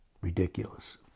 Ridiculous